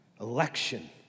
election